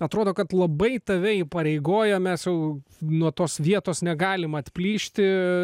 atrodo kad labai tave įpareigojom mes su nuo tos vietos negalima atplyšti